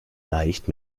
leicht